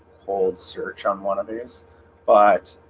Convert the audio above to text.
hold search on one of these but